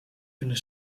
kunnen